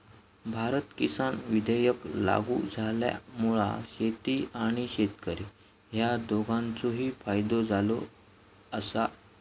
भारत किसान विधेयक लागू झाल्यामुळा शेती आणि शेतकरी ह्या दोघांचोही फायदो झालो आसा